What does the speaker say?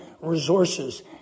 resources